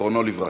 זיכרונו לברכה.